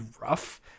rough